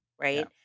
Right